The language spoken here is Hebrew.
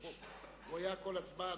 הוא היה כל הזמן,